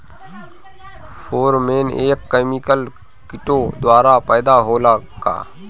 Pheromone एक chemical किटो द्वारा पैदा होला का?